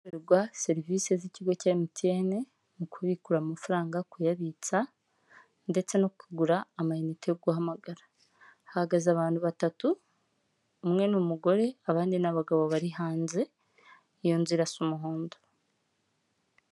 Hatangirwa serivisi z'ikigo cya emutiyene mu kubikuza amafaranga, kuyabitsa, ndetse no kugura ama inite yo guhamagara. Hahagaze abantu batatu umwe n'umugore abandi ni abagabo bari hanze iyo nzu irasa umuhondo.